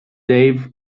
dave